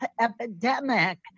epidemic